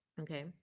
okay